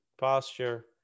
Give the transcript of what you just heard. posture